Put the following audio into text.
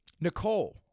Nicole